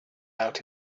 out